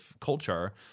culture